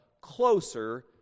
closer